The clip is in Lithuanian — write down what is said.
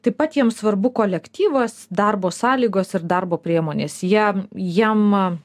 taip pat jiems svarbu kolektyvas darbo sąlygos ir darbo priemonės jie jiem